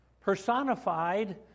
personified